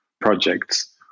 projects